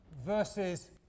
versus